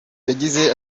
yagize